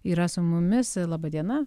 yra su mumis laba diena